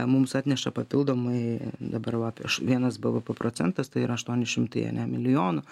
mums atneša papildomai dabar va vienas bvp procentas tai yra aštuoni šimtai milijonų